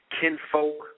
kinfolk